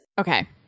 Okay